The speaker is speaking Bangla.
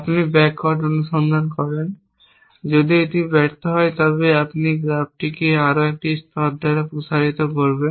আপনি ব্যাকওয়ার্ড অনুসন্ধান করেন যদি এটি ব্যর্থ হয় তবে আপনি গ্রাফটিকে আরও একটি স্তর দ্বারা প্রসারিত করবেন